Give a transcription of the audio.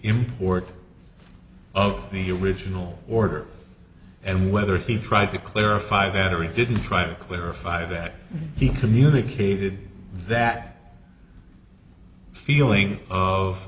import of the original order and whether he tried to clarify that or it didn't try to clarify that he communicated that feeling of